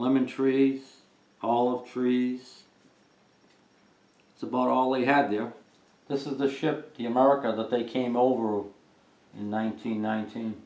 lemon tree all of trees it's about all they had there this is the ship the america that they came over in nineteen nineteen